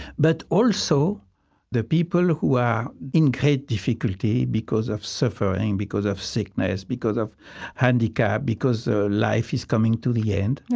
but also the people who are in great difficulty because of suffering, because of sickness, because of handicap, because life is coming to the end.